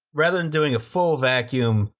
rather than doing a full vacuum,